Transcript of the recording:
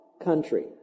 Country